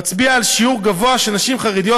מצביע על שיעור גבוה של נשים חרדיות